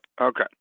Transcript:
Okay